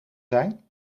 zijn